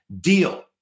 deal